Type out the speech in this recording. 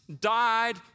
died